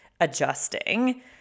adjusting